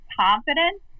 confidence